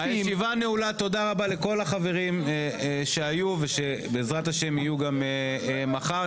תודה רבה לכל החברים שהיו ובעזרת השם יהיו גם מחר.